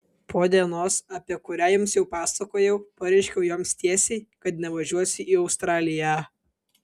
po dienos apie kurią jums jau pasakojau pareiškiau joms tiesiai kad nevažiuosiu į australiją